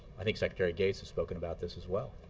i think secretary gates has spoken about this as well.